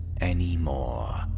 anymore